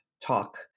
talk